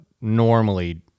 normally